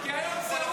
--- כי היום זה הוא,